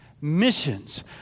Missions